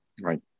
right